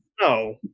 No